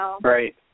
Right